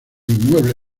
inmueble